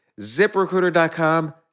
ZipRecruiter.com